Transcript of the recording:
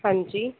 ਹਾਂਜੀ